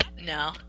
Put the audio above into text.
No